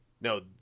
no